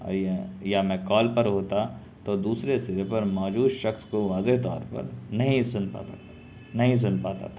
یا میں کال پر ہوتا تو دوسرے سرے پر موجود شخص کو واضح طور پر نہیں سن پاتا نہیں سن پاتا تھا